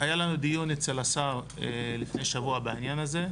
היה לנו דיון אצל השר לפני שבוע בעניין הזה,